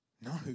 no